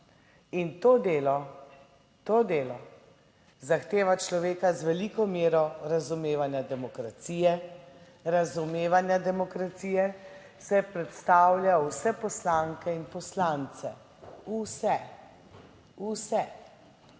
in to delo, to delo zahteva človeka z veliko mero razumevanja demokracije, - razumevanja demokracije, - saj predstavlja vse poslanke in poslance, - vse, vse.